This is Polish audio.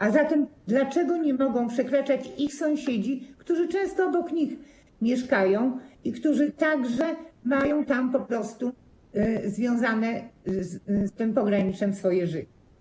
A zatem dlaczego nie mogą przekraczać ich sąsiedzi, którzy często obok nich mieszkają i którzy także mają po prostu związane z tym pograniczem swoje życie.